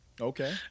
Okay